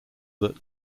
that